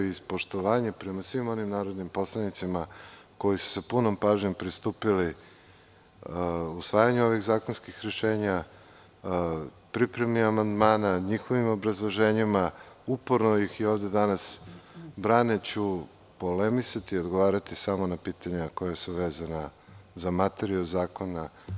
Iz poštovanja prema svim onim narodnim poslanicima koji su sa punom pažnjom pristupili usvajanju ovih zakonskih rešenja, pripremi amandmana, njihovim obrazloženjima, uporno ih braneći ovde, ja ću polemisati o odgovarati samo na pitanja koja su vezana za materiju zakona.